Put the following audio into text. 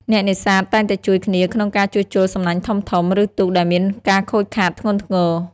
អ្នកនេសាទតែងតែជួយគ្នាក្នុងការជួសជុលសំណាញ់ធំៗ ឬទូកដែលមានការខូចខាតធ្ងន់ធ្ងរ។